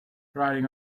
riding